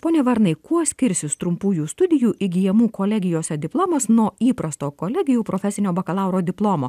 pone varnai kuo skirsis trumpųjų studijų įgyjamų kolegijose diplomas nuo įprasto kolegijų profesinio bakalauro diplomo